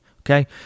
Okay